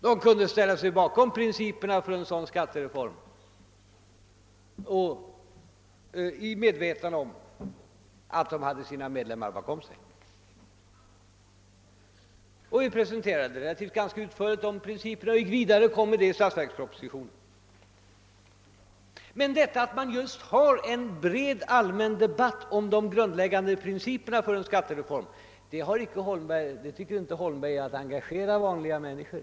De kunde ställa sig bakom principerna för en sådan skattereform i medvetande om att de hade sina medlemmar bakom sig. Vi presenterade naturligtvis ganska utförligt principerna bakom förslaget, och dessa fördes sedan vidare i statsverkspropositionen. Det förhållandet att man för en bred allmän debatt om de grundläggande principerna för en skattereform tycker herr Holmberg emellertid inte innebär att man engagerar vanliga människor.